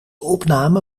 opname